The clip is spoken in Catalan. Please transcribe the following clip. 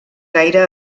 gaire